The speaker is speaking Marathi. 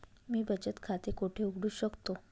मी बचत खाते कोठे उघडू शकतो?